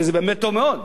וזה באמת טוב מאוד.